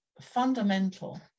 fundamental